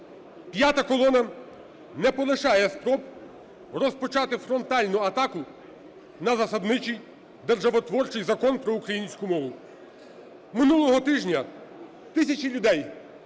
"П'ята колона" не полишає спроб розпочати фронтальну атаку на засадничий, державотворчий Закон про українську мову. Минулого тижня тисячі людей